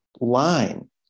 line